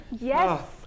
Yes